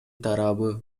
тарабы